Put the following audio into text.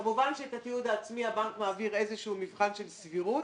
כמובן שאת התיעוד העצמי הבנק מעביר איזשהו מבחן של סבירות,